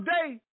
day